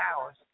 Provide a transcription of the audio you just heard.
hours